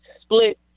split